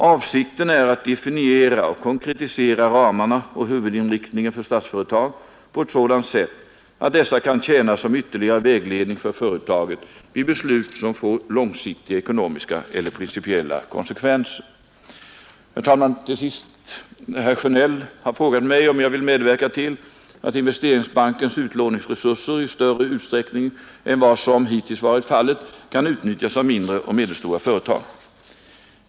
Avsikten är att definiera och konkretisera ramarna och huvudinriktningen för Statsföretag på ett sådant sätt att dessa kan tjäna som ytterligare vägledning för företaget vid beslut som får långsiktiga ekonomiska eller principiella konsekvenser. Herr talman! Till sist ett svar till herr Sjönell. Herr Sjönell har frågat mig om jag vill medverka till att Investeringsbankens utlåningsresurser i större utsträckning än vad som hittills varit fallet kan utnyttjas av mindre och medelstora företag.